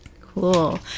cool